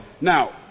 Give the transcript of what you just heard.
Now